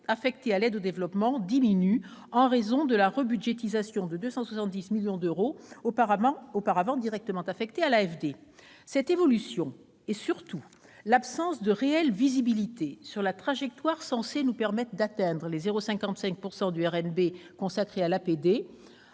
affectée à l'aide au développement diminue en raison de la rebudgétisation des 270 millions d'euros auparavant directement affectés à l'AFD. Cette évolution, et surtout l'absence de réelle visibilité sur la trajectoire censée nous permettre d'atteindre les 0,55 % du RNB consacrés à l'aide